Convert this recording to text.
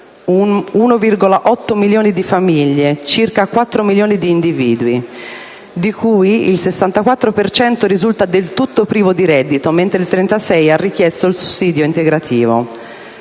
1,8 milioni di famiglie, circa 4 milioni di individui, di cui il 64 per cento risultava del tutto privo di reddito, mentre il 36 per cento ha richiesto il sussidio integrativo.